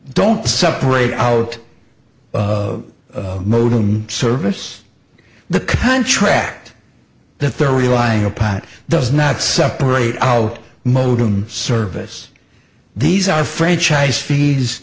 don't separate out modem service the contract that they're relying upon does not separate out modem service these are franchise fees